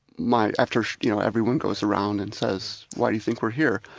my after you know everyone goes around and says why do you think we're here,